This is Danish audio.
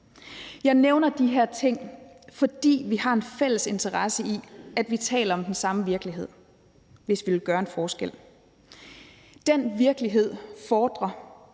Jeg nævner de her ting, fordi vi har en fælles interesse i, at vi taler om den samme virkelighed, hvis vi vil gøre en forskel. Den virkelighed fordrer,